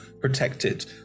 protected